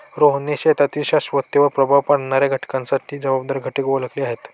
रोहनने शेतीतील शाश्वततेवर प्रभाव पाडणाऱ्या घटकांसाठी जबाबदार घटक ओळखले आहेत